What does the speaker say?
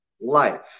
life